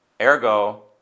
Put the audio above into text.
Ergo